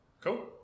Cool